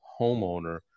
homeowner